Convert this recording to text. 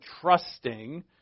trusting